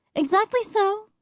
exactly so,